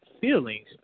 Feelings